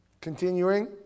Continuing